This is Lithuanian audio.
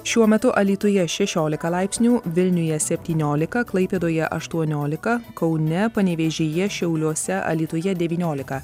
šiuo metu alytuje šešiolika laipsnių vilniuje septyniolika klaipėdoje aštuoniolika kaune panevėžyje šiauliuose alytuje devyniolika